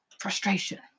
frustration